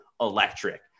electric